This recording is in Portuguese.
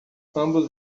ambos